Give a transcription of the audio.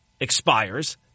expires